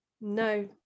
No